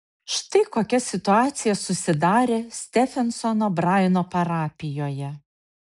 štai kokia situacija susidarė stefensono braino parapijoje